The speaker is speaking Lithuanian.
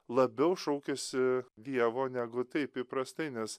labiau šaukiasi dievo negu taip įprastai nes